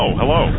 hello